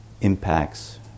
impacts